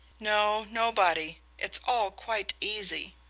no, nobody. it's all quite easy.